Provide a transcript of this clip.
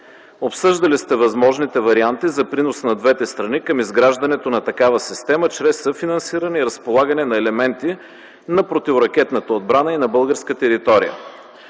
Обсъждали сте възможните варианти за принос на двете страни към изграждането на такава система чрез съфинансиране и разполагане на елементи на противоракетната отбрана и на българска територия.